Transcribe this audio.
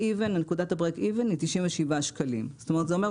ונקודת ה-break even היא 97 שקלים לחודש,